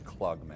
Klugman